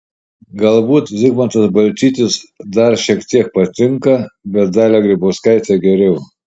galbūt zigmantas balčytis dar šiek tiek patinka bet dalia grybauskaitė geriau